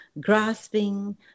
grasping